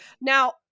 Now